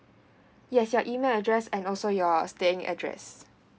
yes your email address and also your staying address